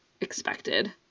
expected